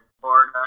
Florida